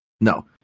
No